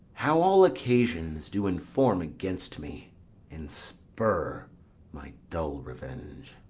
how all occasions do inform against me and spur my dull revenge!